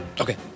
Okay